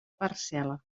parcel·la